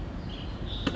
but